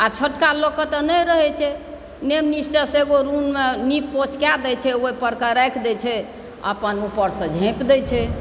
आ छोटका लोककेँ तऽ नहि रहैत छै नियम निष्ठासँ ओ रूममे नीप पोछि कए दैत छै ओहि परके राखि दैत छै अपन ऊपरसँ झाँपि दैत छै